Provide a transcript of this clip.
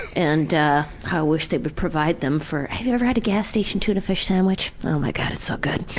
and ah, how i wish they would provide them for have you ever had a gas station tuna fish sandwich? oh my god, it's so good.